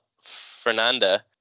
fernanda